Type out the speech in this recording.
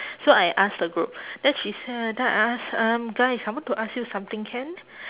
so I ask the group then she say then I ask um guys I want to ask you something can